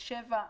בתל שבע.